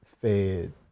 fed